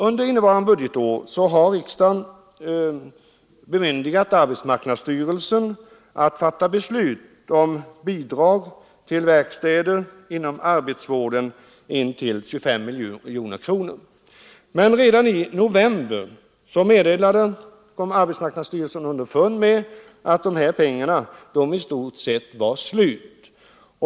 Under innevarande budgetår har riksdagen bemyndigat arbetsmarknadsstyrelsen att besluta om bidrag på upp till 25 miljoner kronor till verkstäder inom arbetsvården. Men redan i november kom arbetsmarknadsstyrelsen underfund med att dessa pengar i stort sett var slut.